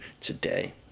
today